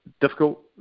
difficult